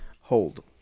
hold